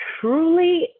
truly